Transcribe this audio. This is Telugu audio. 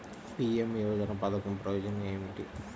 పీ.ఎం యోజన పధకం ప్రయోజనం ఏమితి?